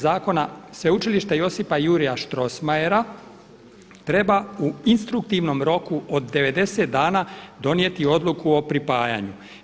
Zakona Sveučilište Josipa Jurja Strossmayera treba u instruktivnom roku od 90 dana donijeti odluku o pripajanju.